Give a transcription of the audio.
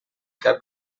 cap